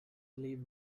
leave